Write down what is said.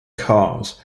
cars